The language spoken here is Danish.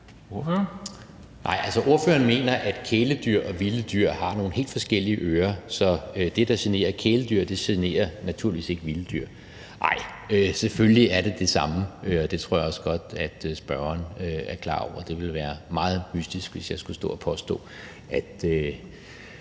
(V): Nej, ordføreren mener, at kæledyr og vilde dyr har nogle helt forskellige ører, så det, der generer et kæledyr, naturligvis ikke generer vilde dyr. Nej, selvfølgelig er det det samme, og det tror jeg også godt at spørgeren er klar over. Det ville være meget mystisk, hvis jeg skulle stå og påstå, at